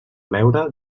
beure